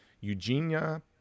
eugenia